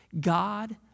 God